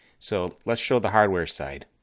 so let's show the hardware side.